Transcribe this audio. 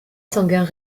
sanguin